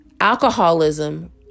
alcoholism